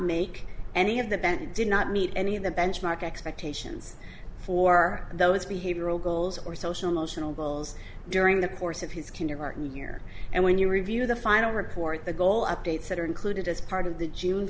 make any of the bend did not meet any of the benchmark expectations for those behavioral goals or social notional bulls during the course of his kindergarten year and when you review the final report the goal updates that are included as part of the june